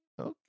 Okay